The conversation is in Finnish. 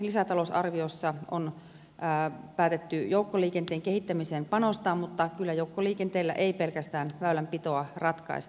lisätalousarviossa on päätetty joukkoliikenteen kehittämiseen panostaa mutta ei kyllä pelkästään joukkoliikenteellä väylänpitoa ratkaista